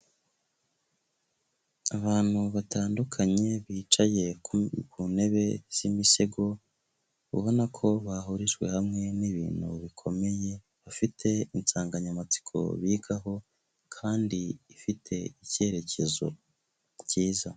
Abantu batandukanye bicaye ku ntebe z'imisego, ubona ko bahurijwe hamwe n'ibintu bikomeye, bafite insanganyamatsiko bigaho kandi ifite icyerekezo cyiza.